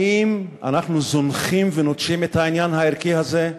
האם אנחנו זונחים ונוטשים את העניין הערכי הזה?